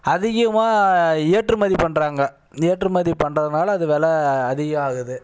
அதிகமாக ஏற்றுமதி பண்ணுறாங்க ஏற்றுமதி பண்ணுறதுனால அது வெலை அதிகம் ஆகுது